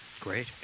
Great